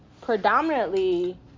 predominantly